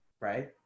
right